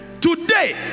Today